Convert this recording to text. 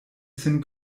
sin